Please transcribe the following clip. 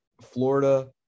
Florida